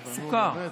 סוכר.